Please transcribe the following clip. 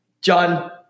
John